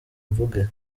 mvuge